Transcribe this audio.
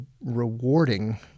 rewarding